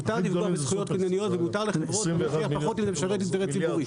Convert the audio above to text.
מותר לפגוע בזכויות קנייניות ומותר לכל הפחות אם זה משרת אינטרס ציבורי.